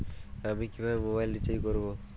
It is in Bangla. আমি কিভাবে মোবাইল রিচার্জ করব?